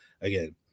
again